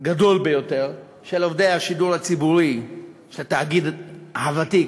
גדול ביותר של עובדי השידור הציבורי של התאגיד הוותיק,